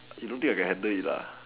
you don't think I can handle it